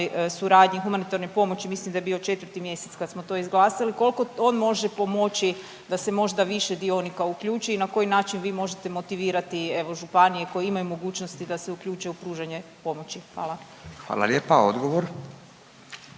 suradnji, humanitarnoj pomoći, mislim da je bio 4 mjesec kad smo to izglasali. Koliko on može pomoći da se možda više dionika uključi i na koji način vi možete motivirati, evo županije koje imaju mogućnosti da se uključe u pružanje pomoći. Hvala. **Radin, Furio